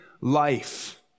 life